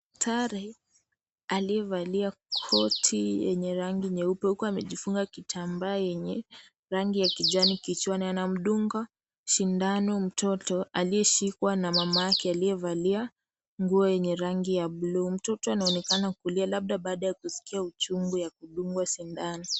Daktari aliyevalia koti yenye rangi nyeupe huku amejifunga kitambaa yenye rangi ya kijani , anamdunga sindano mtoto aliyeshikwa na mamake aliyevalia nguo yenye rangi ya bluu. Mtoto anaonekana kulia labda bada ya kuskia uchungu wa kudungwa sindano.